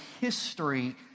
history